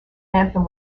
anthem